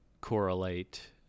correlate